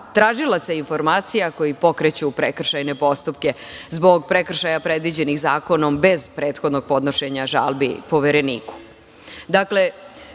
tražilaca informacija koji pokreću prekršajne postupke zbog prekršaja predviđenih zakonom bez prethodnog podnošenja žalbi Povereniku. Dakle,